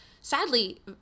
sadly